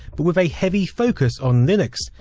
but with a heavy focus on linux,